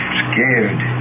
scared